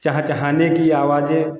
चहचहाने की आवाजें